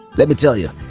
let me tell ya,